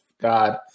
God